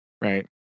Right